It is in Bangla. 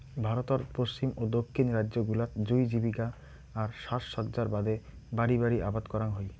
ভারতর পশ্চিম ও দক্ষিণ রাইজ্য গুলাত জুঁই জীবিকা আর সাজসজ্জার বাদে বাড়ি বাড়ি আবাদ করাং হই